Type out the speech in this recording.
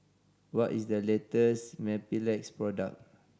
what is the latest Mepilex product